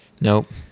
Nope